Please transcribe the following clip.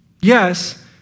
Yes